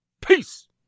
Peace